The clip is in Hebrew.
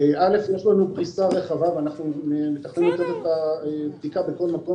יש לנו פריסה רחבה ואנחנו מתכננים לתת את הבדיקה בכל מקום